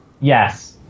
Yes